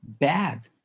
bad